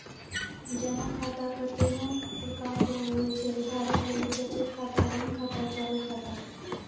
जमा खाता कतैने प्रकार रो हुवै छै उदाहरण लेली बचत खाता ऋण खाता चालू खाता